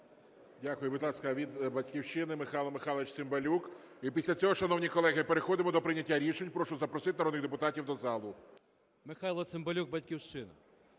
Дякую. Будь ласка, від "Батьківщини" Михайло Михайлович Цимбалюк. І після цього, шановні колеги, переходимо до прийняття рішень. Прошу запросити народних депутатів до залу. 14:23:06 ЦИМБАЛЮК М.М. Михайло Цимбалюк, "Батьківщина".